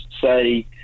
say